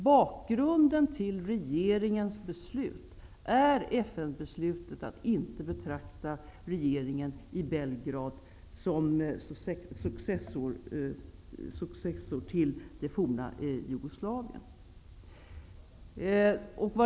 Bakgrunden till regeringens beslut är FN-beslutet att inte betrakta regeringen i Belgrad som successor till det forna Jugoslavien.